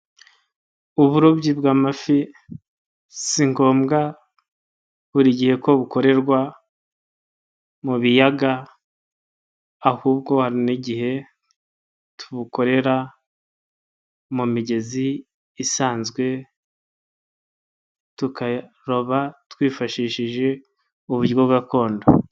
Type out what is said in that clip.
Uburobyi bw'amafi si ngombwa buri gihe ko bukorerwa mu biyaga, ahubwo hari n'igihe tubukorera mu migezi isanzwe tukaroba twifashishije uburyo gakondo.